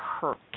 hurt